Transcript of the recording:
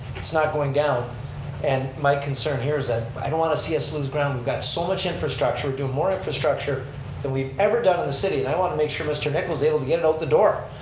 it's not going down and my concern here is that i don't want to see us lose ground. we've got so much infrastructure, doing more infrastructure than we've ever done in the city and i want to make sure mr. nicoll's able to get it out the door.